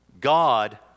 God